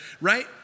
right